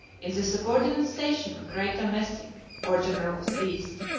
in the subordinate station of great domestic, or general of the east,